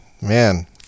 man